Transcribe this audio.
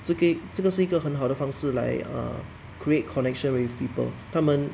这个这个是一个很好的方式来 err create connection with people 他们